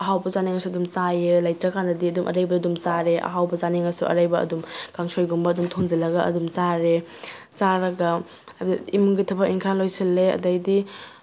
ꯑꯍꯥꯎꯕ ꯆꯥꯅꯤꯡꯉꯥꯁꯨ ꯑꯗꯨꯝ ꯆꯥꯏꯑꯦ ꯂꯩꯇ꯭ꯔꯥ ꯀꯥꯟꯗꯗꯤ ꯑꯗꯨꯝ ꯑꯔꯩꯕ ꯑꯗꯨꯝ ꯆꯥꯔꯦ ꯑꯍꯥꯎꯕ ꯆꯥꯅꯤꯡꯉꯥꯁꯨ ꯑꯔꯩꯕ ꯑꯗꯨꯝ ꯀꯥꯡꯁꯣꯏꯒꯨꯝꯕ ꯑꯗꯨꯝ ꯊꯣꯡꯖꯤꯜꯂꯒ ꯑꯗꯨꯝ ꯆꯥꯔꯦ ꯆꯥꯔꯒ ꯏꯃꯨꯡꯒꯤ ꯊꯕꯛ ꯏꯟꯈꯥꯡ ꯂꯣꯏꯁꯤꯜꯂꯦ ꯑꯗꯩꯗꯤ